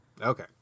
Okay